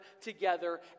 together